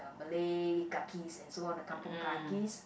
Malay kakis and so are the kampung kakis